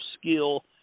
skill